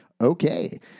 Okay